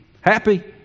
happy